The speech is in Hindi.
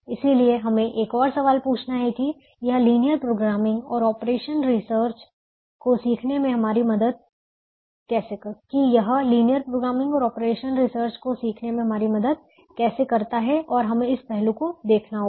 इसलिए हमें एक और सवाल पूछना है कि यह लीनियर प्रोग्रामिंग और ऑपरेशंस रिसर्च को सीखने में हमारी मदद कैसे करता है और हमें इस पहलू को देखना होगा